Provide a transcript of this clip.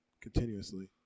continuously